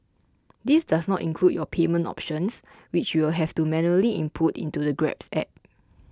this does not include your payment options which you'll have to manually input into the Grab App